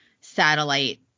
satellite